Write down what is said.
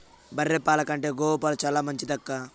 బర్రె పాల కంటే గోవు పాలు చాలా మంచిదక్కా